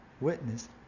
witness